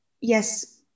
yes